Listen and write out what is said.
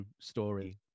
story